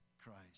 Christ